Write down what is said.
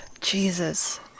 jesus